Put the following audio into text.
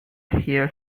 hear